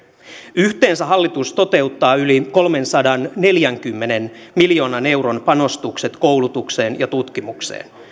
yhteensä hallitus toteuttaa yli kolmensadanneljänkymmenen miljoonan euron panostukset koulutukseen ja tutkimukseen